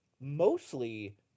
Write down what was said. Mostly